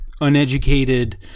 uneducated